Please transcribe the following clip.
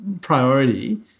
priority